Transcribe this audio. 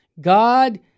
God